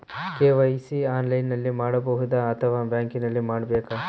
KYC ಆನ್ಲೈನಲ್ಲಿ ಮಾಡಬಹುದಾ ಅಥವಾ ಬ್ಯಾಂಕಿನಲ್ಲಿ ಮಾಡ್ಬೇಕಾ?